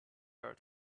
her